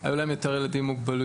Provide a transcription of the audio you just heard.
היו להם יותר ילדים עם מוגבלויות.